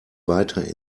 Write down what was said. weiter